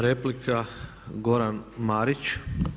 Replika Goran Marić.